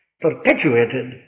perpetuated